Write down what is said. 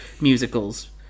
musicals